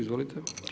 Izvolite.